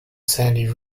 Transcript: sandy